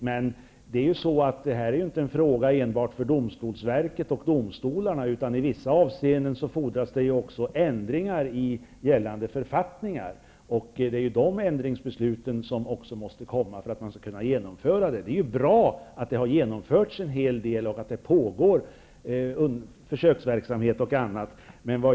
Men det här är inte en fråga enbart för domstolsverket och domstolarna. I vissa avseenden fordras det ju också ändringar i gällande författningar. För att det skall gå att göra sådana måste ändringsbeslut föreligga. Det är bra att en hel del gjorts och att det pågår t.ex. en försöksverksamhet.